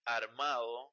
armado